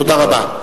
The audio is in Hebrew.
תודה רבה.